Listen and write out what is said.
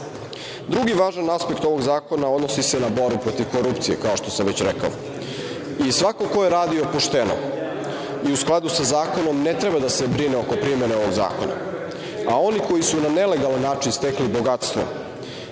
važan aspekt ovog zakona odnosi se na borbu protiv korupcije, kao što sam već rekao. Svako ko je radio pošteno i u skladu sa zakonom ne treba da se brine oko primene ovog zakona, a oni koji su na nelegalan način stekli bogatstvo